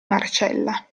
marcella